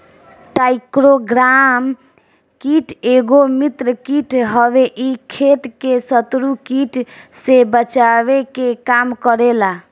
trichogramma कीट एगो मित्र कीट हवे इ खेत के शत्रु कीट से बचावे के काम करेला